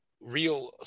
real